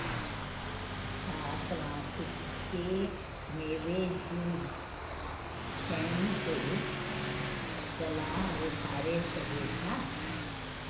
छा तव्हां सुके मेवे जूं शयुनि ते सलाह ॾेखारे सघो था